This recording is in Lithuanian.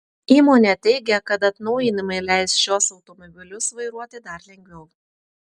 įmonė teigia kad atnaujinimai leis šiuos automobilius vairuoti dar lengviau